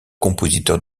compositeur